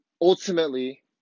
Ultimately